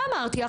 מה אמרתי לך,